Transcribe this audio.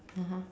(uh huh)